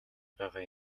байгаа